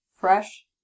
fresh